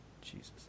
Jesus